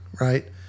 right